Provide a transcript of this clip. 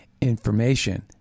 information